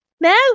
No